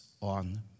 on